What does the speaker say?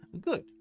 good